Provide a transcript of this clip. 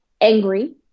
angry